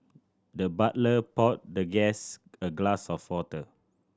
the butler poured the guest a glass of water